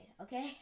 okay